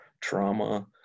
trauma